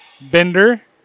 Bender